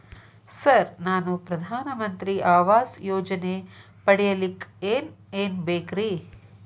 Sir ನಾನು ಪ್ರಧಾನ ಮಂತ್ರಿ ಆವಾಸ್ ಯೋಜನೆ ಪಡಿಯಲ್ಲಿಕ್ಕ್ ಏನ್ ಏನ್ ಬೇಕ್ರಿ?